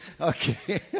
okay